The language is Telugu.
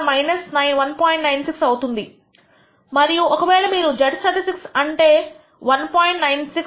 96 అవుతుంది మరియు ఒక వేళ మీరు z స్టాటిస్టిక్స్ అనేది 1